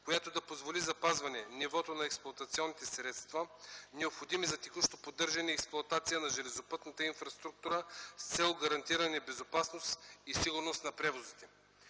която да позволи запазване нивото на експлоатационните средства, необходими за текущо поддържане и експлоатация на железопътната инфраструктура с цел гарантиране безопасност и сигурност на превозите.